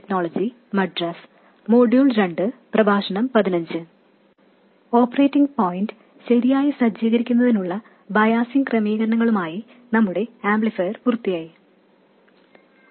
operating point ശരിയായി സജ്ജീകരിക്കുന്നത് പോലെയുള്ള ബയാസിങ് ക്രമീകരണങ്ങൾ നമ്മുടെ ആംപ്ലിഫയർ പൂർത്തിയാക്കിയിട്ടുണ്ട്